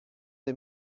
des